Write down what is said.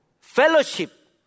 fellowship